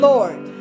Lord